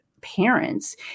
parents